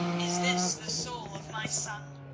is this the soul of my son?